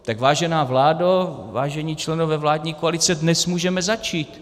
Tak vážená vládo, vážení členové vládní koalice, dnes můžeme začít.